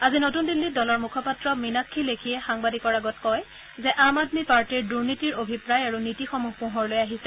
আজি নতন দিল্লীত দলৰ মুখপাত্ৰ মিনাক্ষী লেখীয়ে সাংবাদিকৰ আগত কয় যে আম আদমী পাৰ্টীৰ দুনীতিৰ অভিপ্ৰায় আৰু নীতিসমূহ পোহৰলৈ আহিছে